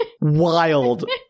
Wild